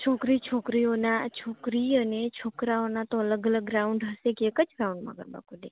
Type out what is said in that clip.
છોકરી છોકરીઓના છોકરી અને છોકરાઓનો તો અલગ અલગ ગ્રાઉંડ હશે કે એક જ ગ્રાઉંડમાં ગરબા કૂદે